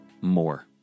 more